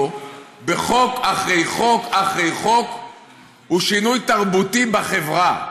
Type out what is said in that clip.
בחוק אחרי חוק אחרי חוק הוא שינוי תרבותי בחברה.